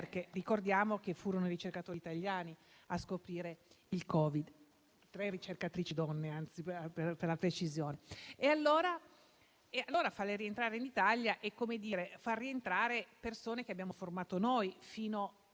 Ricordiamo che furono i ricercatori italiani a scoprire il Covid: tre ricercatrici donne, per la precisione. Allora, farli rientrare in Italia significa far rientrare persone che abbiamo formato noi fino ai